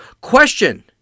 Question